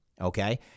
Okay